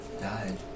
died